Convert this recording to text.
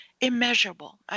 immeasurable